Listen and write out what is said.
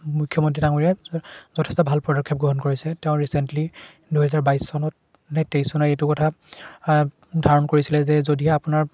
মুখ্যমন্ত্ৰী ডাঙৰীয়াই যথেষ্ট ভাল পদক্ষেপ গ্ৰহণ কৰিছে তেওঁ ৰিচেণ্টলি দুহেজাৰ বাইছ চনত নে তেইছ চন এইটো কথা ধাৰণ কৰিছিলে যে যদিহে আপোনাৰ